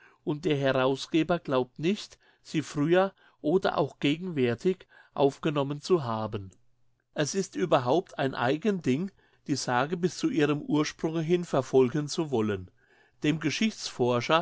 und der herausgeber glaubt nicht sie früher oder auch gegenwärtig aufgenommen zu haben es ist überhaupt ein eigen ding die sage bis zu ihrem ursprunge hin verfolgen zu wollen dem